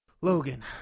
Logan